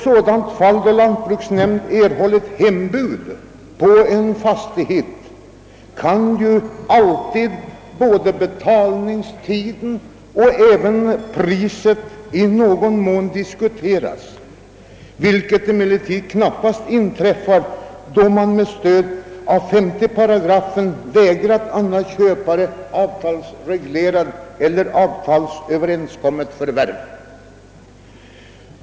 I fall där lantbruksnämnd erhållit hembud på en fastighet kan ju både betalningstiden och priset alltid i någon mån diskuteras, vilket däremot knappast inträffar då lantbruksnämnden med stöd av 5 § vägrat annan köpare avtalsreglerat eller avtalsöverenskommet förvärv och tvångsinlösen alltså blir aktuell.